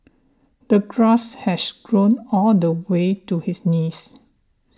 the grass has grown all the way to his knees